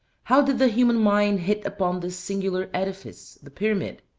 how did the human mind hit upon this singular edifice the pyramid?